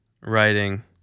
writing